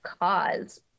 cause